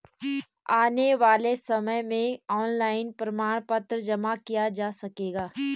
आने वाले समय में ऑनलाइन प्रमाण पत्र जमा किया जा सकेगा